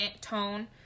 Tone